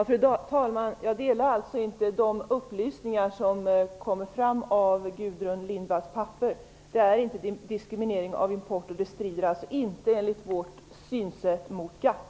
Fru talman! Jag delar inte tolkningen av de upplysningar som kommer fram av Gudrun Lindvalls papper. Detta är inte diskriminering av import och det strider alltså inte, enligt vårt synsätt, mot GATT.